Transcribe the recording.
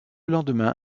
lendemain